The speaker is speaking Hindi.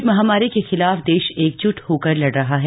कोविड महामारी के खिलाफ देश एकज्ट होकर लड़ रहा है